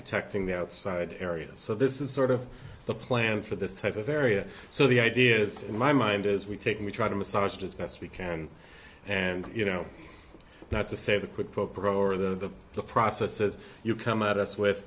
protecting the outside areas so this is sort of the plan for this type of area so the idea is in my mind as we take in we try to massage as best we can and you know not to say the quid pro pro or the process as you come at us with